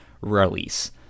release